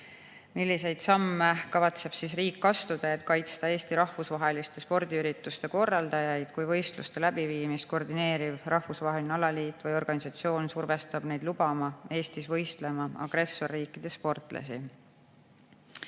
"Milliseid samme kavatseb riik astuda, et kaitsta Eesti rahvusvaheliste spordiürituste korraldajaid, kui võistluste läbi viimist koordineeriv rahvusvaheline alaliit või organisatsioon survestab neid lubama Eestis võistlema agressorriikide sportlasi?"